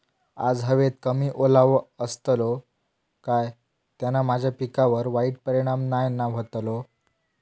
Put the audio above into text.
आज हवेत कमी ओलावो असतलो काय त्याना माझ्या पिकावर वाईट परिणाम नाय ना व्हतलो?